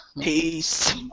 Peace